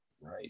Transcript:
Right